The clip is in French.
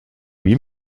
lui